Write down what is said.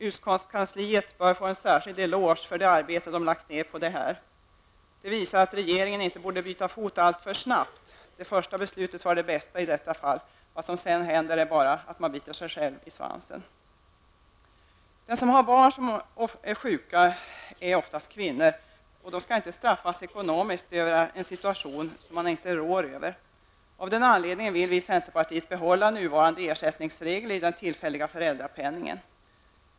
Utskottskansliets personal bör få en särskild eloge för det arbete den lagt ner på detta. Detta visar att regeringen inte borde byta fot alltför snabbt. Det första beslutet var det bästa i detta fall. Vad som sedan händer är bara att man biter sig själv i svansen. Det är oftast kvinnor som har barn som är sjuka, och de skall inte straffas ekonomiskt i en situation de inte råder över. Vi i centerpartiet vill av den anledningen behålla nuvarande ersättningsregler i den tillfälliga föräldrapenningen.